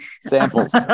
samples